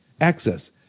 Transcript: Access